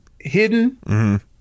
hidden